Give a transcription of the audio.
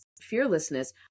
fearlessness